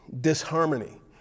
disharmony